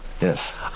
yes